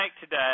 today